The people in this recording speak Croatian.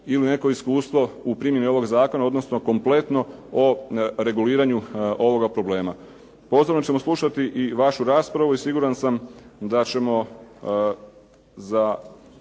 ili neko iskustvo u primjeni ovog zakona odnosno kompletno o reguliranju ovoga problema. Podrobno ćemo slušati i vašu raspravu i siguran sam da ćemo za